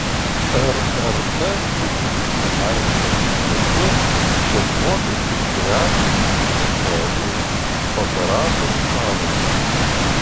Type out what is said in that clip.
rrt šį žingsnį aiškina siekiu šiuos mokesčius priartinti prie realių operatorių sąnaudų